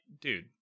dude